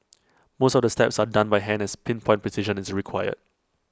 most of the steps are done by hand as pin point precision is required